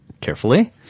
carefully